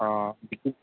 অঁ